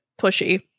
pushy